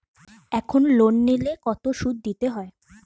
এখন লোন নিলে কত সুদ দিতে হয়?